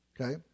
okay